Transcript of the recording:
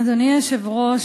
אדוני היושב-ראש,